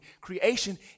creation